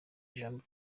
ijambo